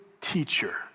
teacher